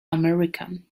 american